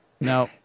No